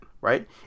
right